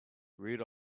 read